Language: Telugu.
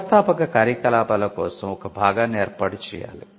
వ్యవస్థాపక కార్యకలాపాల కోసం ఒక భాగాన్ని ఏర్పాటు చేయాలి